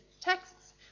texts